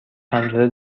پنجره